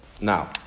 Now